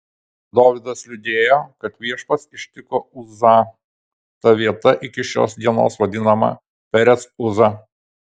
dovydas liūdėjo kad viešpats ištiko uzą ta vieta iki šios dienos vadinama perec uza